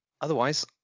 Otherwise